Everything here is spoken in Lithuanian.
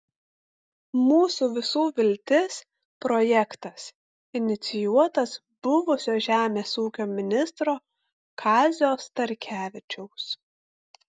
mūsų visų viltis projektas inicijuotas buvusio žemės ūkio ministro kazio starkevičiaus